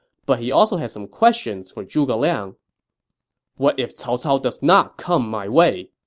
but he also had some questions for zhuge liang what if cao cao does not come my way?